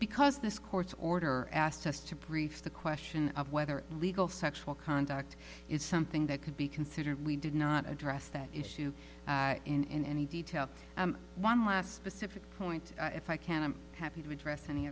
because this court's order asked us to brief the question of whether illegal sexual contact is something that could be considered we did not address that issue in any detail one last pacific point if i can i'm happy to address any